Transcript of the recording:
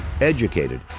Educated